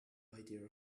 idea